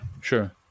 Sure